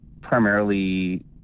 primarily